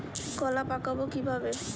কলা পাকাবো কিভাবে?